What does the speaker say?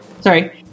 Sorry